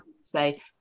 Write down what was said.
say